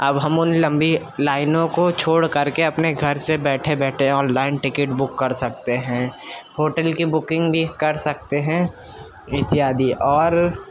اب ہم ان لمبی لائنوں کو چھوڑ کر کے اپنے گھر سے بیٹھے بیٹھے آن لائن ٹکٹ بک کر سکتے ہیں ہوٹل کے بکنگ بھی کر سکتے ہیں اتیادی اور